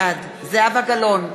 בעד זהבה גלאון,